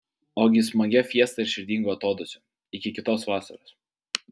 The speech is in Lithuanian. ogi smagia fiesta ir širdingu atodūsiu iki kitos vasaros